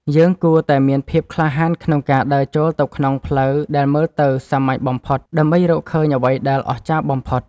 យើងគួរតែមានភាពក្លាហានក្នុងការដើរចូលទៅក្នុងផ្លូវដែលមើលទៅសាមញ្ញបំផុត ដើម្បីរកឃើញអ្វីដែលអស្ចារ្យបំផុត។